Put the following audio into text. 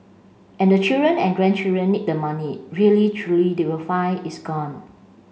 and the children and grandchildren need the money really truly they will find it's gone